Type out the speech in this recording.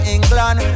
England